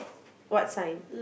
what sign